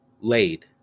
laid